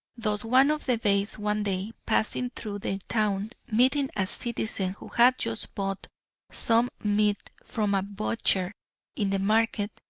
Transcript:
thus one of the beys one day passing through the town meeting a citizen who had just bought some meat from a butcher in the market,